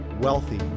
wealthy